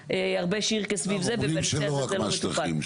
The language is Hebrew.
אומרים שלא רק מהשטחים.